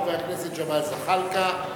חבר הכנסת ג'מאל זחאלקה.